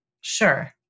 Sure